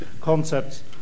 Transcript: concepts